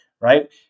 Right